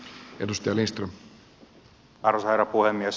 arvoisa herra puhemies